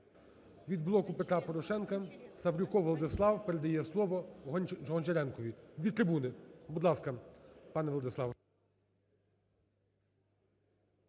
Від "Блоку Петра Порошенка" Севрюков Владислав передає слово Гончаренкові. Від трибуни, будь ласка. Будь ласка, пане Владиславе.